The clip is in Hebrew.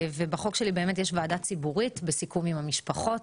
בחוק שלי יש ועדה ציבורית, בסיכום עם המשפחות.